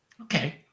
Okay